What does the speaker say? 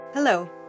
Hello